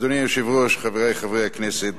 אדוני היושב-ראש, חברי חברי הכנסת,